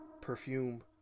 Perfume